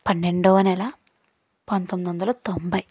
పన్నెండొవ నెల పంతొమ్మిదొందల తొంభై